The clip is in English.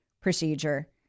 procedure